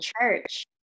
church